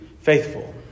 faithful